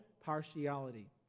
partiality